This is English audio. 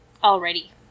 already